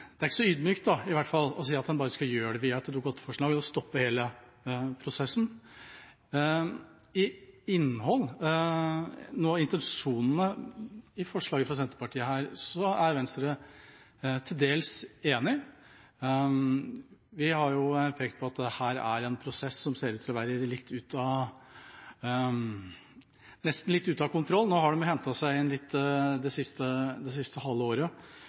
hvert fall ikke særlig ydmykt å si at man bare skal stoppe hele prosessen via et Dokument 8-forslag. Når det gjelder intensjonen i dette forslaget fra Senterpartiet, er Venstre til dels enig. Vi har pekt på at dette er en prosess som ser ut til å være litt ute av kontroll. Nå har de hentet seg inn litt i det siste halve året, men det